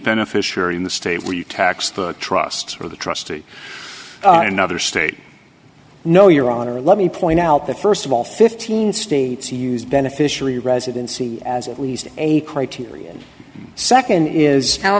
beneficiary in the state where you tax the trust or the trustee another state no your honor let me point out that first of all fifteen states used beneficially residency as at least a criterion second is now